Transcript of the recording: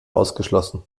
ausgeschlossen